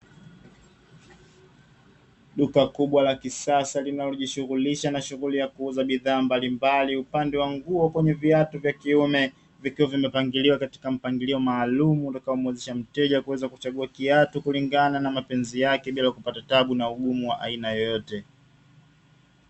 Duka kubwa la kisasa linalojishughulisha na shughuli ya kuuza bidhaa mbalimbali, upande wa nguo kwenye viatu vya kiume vikiwa vimepangiliwa katika mpangilio maalumu utakaomwezesha mteja kuweza kuchagua kiatu kulingana na mapenzi yake bila kupata taabu na ugumu wa aina yoyote.